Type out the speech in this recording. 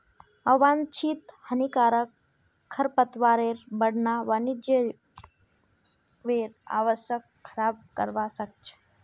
आवांछित हानिकारक खरपतवारेर बढ़ना वन्यजीवेर आवासक खराब करवा सख छ